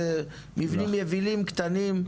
אלו מבנים יבילים קטנים.